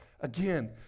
Again